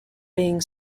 being